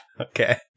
okay